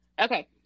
Okay